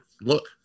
look